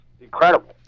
incredible